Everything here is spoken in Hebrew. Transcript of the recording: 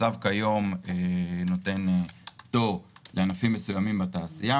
הצו כיום נותן פטור לענפים מסוימים בתעשייה,